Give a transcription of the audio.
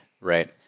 Right